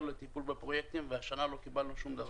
לטיפול בפרויקטים והשנה לא קיבלנו שום דבר.